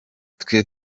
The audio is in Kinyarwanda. twe